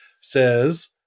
says